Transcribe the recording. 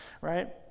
right